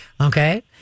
okay